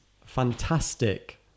fantastic